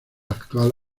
actual